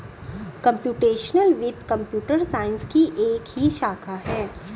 computational वित्त computer science की ही एक शाखा है